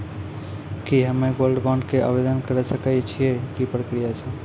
की हम्मय gold bond के आवदेन करे सकय छियै, की प्रक्रिया छै?